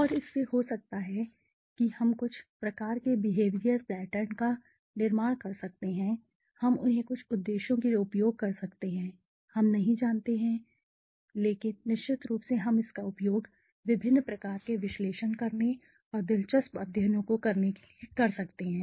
और इससे हो सकता है कि हम कुछ प्रकार के बेहविरल पैटर्न का निर्माण कर सकते हैं हम उन्हें कुछ उद्देश्यों के लिए उपयोग कर सकते हैं हम नहीं जानते हैं लेकिन निश्चित रूप से हम इसका उपयोग विभिन्न प्रकार के विश्लेषण करने और दिलचस्प अध्ययनों को करने के लिए कर सकते हैं